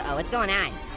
ah what's going on?